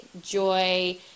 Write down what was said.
joy